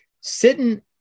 Sitting